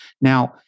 Now